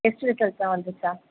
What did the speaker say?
test ரிசல்ட்லாம் வந்துடுச்சா